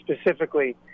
specifically